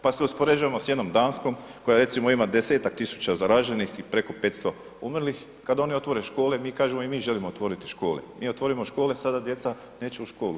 Pa se uspoređujemo sa jednom Danskom koja recimo ima 10-tak tisuća zaraženih i preko 500 umrlih, kad oni otvore škole mi kažemo i mi želimo otvoriti škole, mi otvorimo škole sada djeca neće u školu.